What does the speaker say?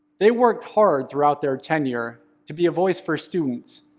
they worked hard throughout their tenure to be a voice for students,